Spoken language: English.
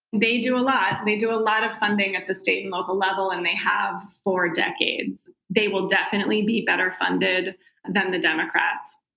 they do a lot. they do a lot of funding at the state and local level, and they have for decades. they will definitely be better funded than the democrats.